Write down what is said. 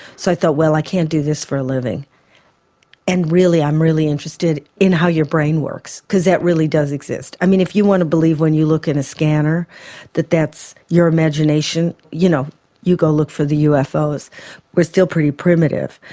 so i thought well i can't do this for a living and really i'm really interested in how your brain works because that really does exist. i mean if you want to believe when you look into a scanner that that's your imagination you know you go look for the ufos we're still pretty primitive,